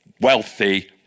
wealthy